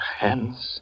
hands